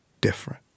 different